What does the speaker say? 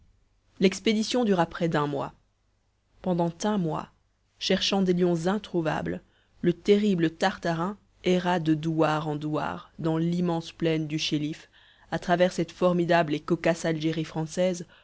l'expédition dura près d'un mois pendant un mois cherchant des lions introuvables le terrible tartarin erra de douar en douar dans l'immense plaine du chéliff à travers cette formidable et cocasse algérie française